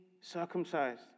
circumcised